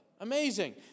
Amazing